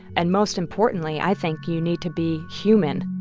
and most importantly, i think you need to be human